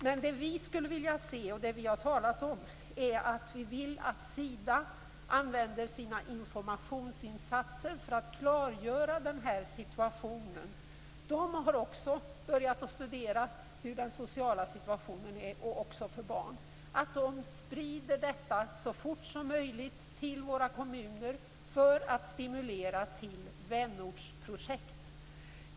Men vi skulle vilja, som vi har talat om, att Sida använder sina informationsinsatser för att klargöra den här situationen. De har också börjat studera hur den sociala situationen är, också för barn. De måste börja sprida detta så fort som möjligt till våra kommuner för att stimulera till vänortsprojekt.